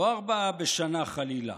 לא ארבעה בשנה חלילה,